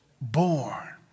born